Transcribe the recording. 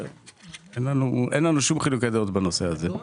אין לנו שום חילוקי דעות בנושא הזה,